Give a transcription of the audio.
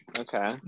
Okay